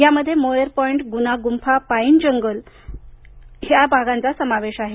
यामध्ये Moir point Guna गुंफा pine जंगल भाग आदींचा समावेश आहे